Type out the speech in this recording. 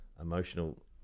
Emotional